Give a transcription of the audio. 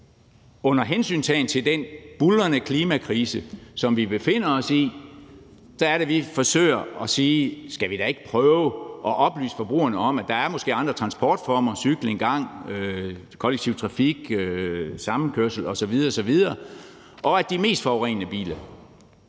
under hensyntagen til den buldrende klimakrise, vi befinder os i, at vi forsøger at sige: Skal vi da ikke prøve at oplyse forbrugerne om, at der måske er andre transportformer – cykling, gang, kollektiv trafik, samkørsel osv. – og skal vi ikke forbyde reklamer